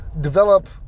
develop